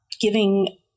giving